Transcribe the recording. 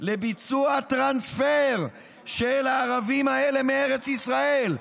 לביצוע טרנספר של הערבים האלה מארץ ישראל".